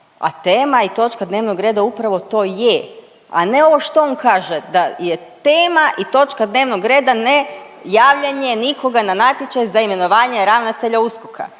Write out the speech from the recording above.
a tema i točka dnevnog reda upravo to je, a ne ovo što on kaže da je tema i točka dnevnog reda nejavljanje nikoga na natječaj za imenovanje ravnatelja USKOK-a.